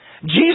Jesus